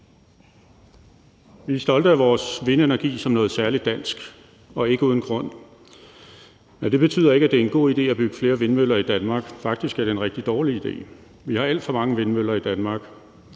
Vi er stolte af vores vindenergi som noget særligt dansk, og ikke uden grund. Men det betyder ikke, at det er en god idé at bygge flere vindmøller i Danmark – faktisk er det en rigtig dårlig idé. Vi har alt for mange vindmøller i Danmark.